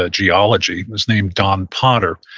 ah geology, was named don potter,